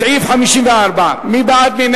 לא נתקבלה.